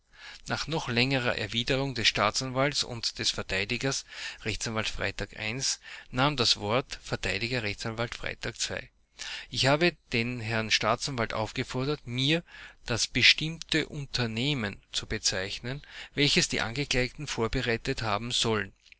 nach noch längerer erwiderung des staatsanwalts und des verteidigers rechtsanwalts freytag i nahm das wort verteidiger rechtsanwalt freytag ii ich habe den herrn staatsanwalt aufgefordert mir das bestimmte unternehmen zu bezeichnen welches die angeklagten vorbereitet haben sollen